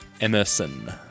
Emerson